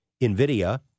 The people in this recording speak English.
NVIDIA